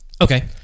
Okay